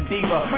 Diva